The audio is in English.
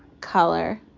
color